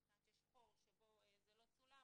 מכיוון שיש חור שבו זה לא צולם,